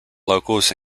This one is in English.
locals